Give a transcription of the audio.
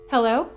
Hello